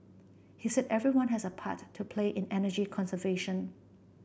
he said everyone has a part to play in energy conservation